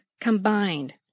Combined